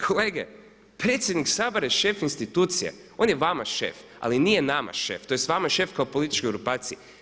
Kolege, predsjednik Sabora je šef institucije, on je vama šef, ali nije nama šef, tj. vama je šef kao političkoj grupaciji.